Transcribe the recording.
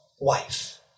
wife